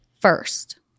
first